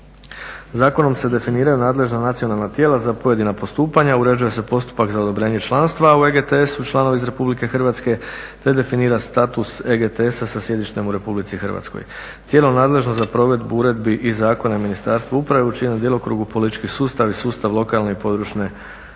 Zakonom se definiraju nadležna nacionalna tijela za pojedina postupanja, uređuje se postupak za odobrenje članstva u EGTS-u, članovi iz Republike Hrvatske te definira status EGTS-a sa sjedištem u Republici Hrvatskoj. Tijelo nadležno za provedbu uredbi i zakone Ministarstva uprave u čijem je djelokrugu politički sustav i sustav lokalne i područne